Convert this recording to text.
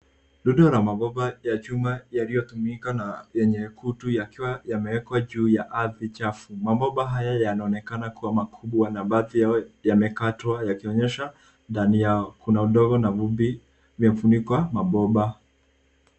Ndodo na mabomba ya chuma yaliyotumika na yenye kutu yakiwa yameekwa juu ya ardhi chafu. Mabomba haya yanaonekana kuwa makubwa na baadhi yao yamekatwa yakionyeshwa ndani yao kuna udongo na vumbi iliofunika bomba.